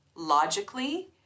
logically